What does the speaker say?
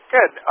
Good